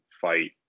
fight